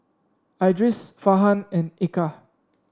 Idris Farhan and Eka